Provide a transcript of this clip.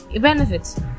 benefits